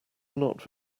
not